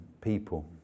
people